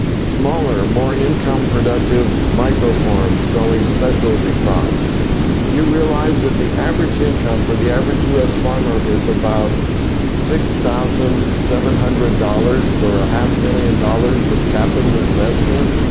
smaller, more income productive microforms growing specialty crops. do you realize that the average income for the average us farmer is about six thousand seven hundred dollars for a half million dollars of capital investment?